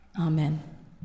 Amen